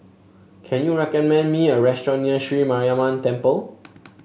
can you recommend me a restaurant near Sri Mariamman Temple